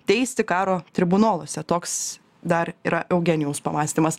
teisti karo tribunoluose toks dar yra eugenijaus pamąstymas